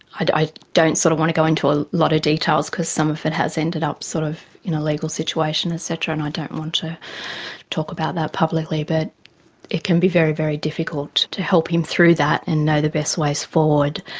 i don't sort of want to go into a lot of details because some of it has ended up sort of in a legal situation et cetera and i don't want to talk about that publicly. but it can be very, very difficult to help him through that and know the best ways forward.